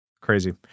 Crazy